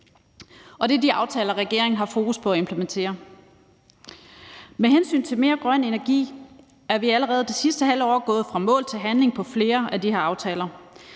og det er de aftaler, regeringen har fokus på at implementere. Med hensyn til mere grøn energi er vi allerede det sidste halve år gået fra mål til handling i forhold til flere af de her aftaler.